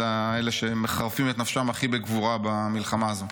הם אלה שמחרפים את נפשם הכי בגבורה במלחמה הזאת.